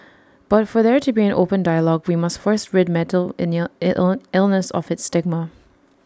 but for there to be an open dialogue we must first rid mental illness of its stigma